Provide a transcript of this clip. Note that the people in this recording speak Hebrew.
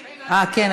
אה, כן.